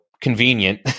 convenient